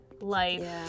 life